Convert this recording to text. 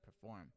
perform